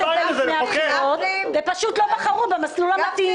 הבחירות ופשוט לא בחרו במסלול המתאים.